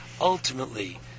Ultimately